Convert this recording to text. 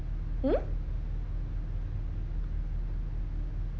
hmm